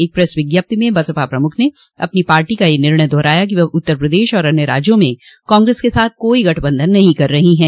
एक प्रेस विज्ञप्ति में बसपा प्रमुख ने अपनी पार्टी का यह निर्णय दोहराया कि वह उत्तर प्रदेश और अन्य राज्यों में कांग्रेस के साथ कोई गठबंधन नहीं कर रही है